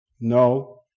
No